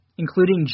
including